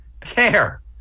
care